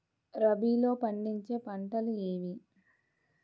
రబీలో పండించే పంటలు ఏవి?